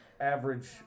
average